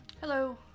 Hello